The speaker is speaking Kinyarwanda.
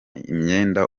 imyenda